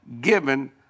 given